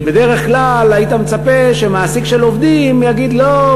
כי בדרך כלל היית מצפה שמעסיק יגיד: לא,